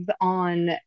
on